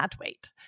wait